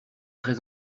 très